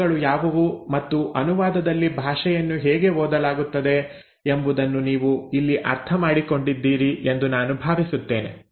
ಪದಾರ್ಥಗಳು ಯಾವುವು ಮತ್ತು ಅನುವಾದದಲ್ಲಿ ಭಾಷೆಯನ್ನು ಹೇಗೆ ಓದಲಾಗುತ್ತದೆ ಎಂಬುದನ್ನು ನೀವು ಇಲ್ಲಿ ಅರ್ಥಮಾಡಿಕೊಂಡಿದ್ದೀರಿ ಎಂದು ನಾನು ಭಾವಿಸುತ್ತೇನೆ